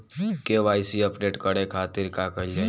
KYC update करे के खातिर का कइल जाइ?